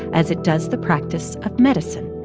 as it does the practice of medicine.